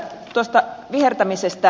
tuosta vihertämisestä